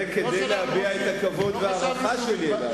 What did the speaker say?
זה כדי להביע את הכבוד וההערכה שלי אליו,